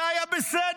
זה היה בסדר,